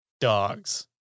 dogs